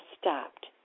stopped